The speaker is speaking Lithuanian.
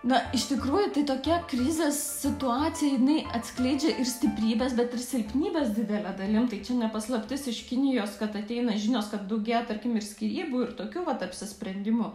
na iš tikrųjų tai tokia krizės situacija jinai atskleidžia ir stiprybes bet ir silpnybes didele dalim tai čia ne paslaptis iš kinijos kad ateina žinios kad daugėja tarkim ir skyrybų ir tokių vat apsisprendimų